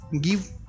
give